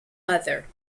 mother